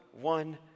one